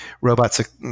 robots